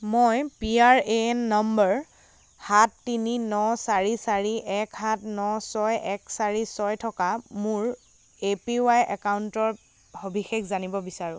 মই P R A N নম্বৰ সাত তিনি ন চাৰি চাৰি এক সাত ন ছয় এক চাৰি ছয় থকা মোৰ এ পি ৱাই একাউণ্টৰ সবিশেষ জানিব বিচাৰোঁ